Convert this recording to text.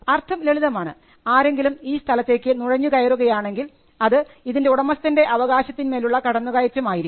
അർത്ഥം ലളിതമാണ് ആരെങ്കിലും ഈ സ്ഥലത്തേക്ക് നുഴഞ്ഞുകയറുക യാണെങ്കിൽ അത് ഇതിൻറെ ഉടമസ്ഥൻൻറെ അവകാശത്തിന്മേൽ ഉള്ള കടന്നുകയറ്റം ആയിരിക്കും